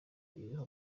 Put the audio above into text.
iriho